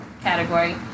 category